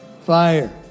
fire